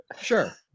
Sure